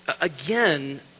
again